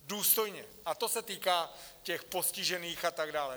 Důstojně, a to se týká těch postižených a tak dále.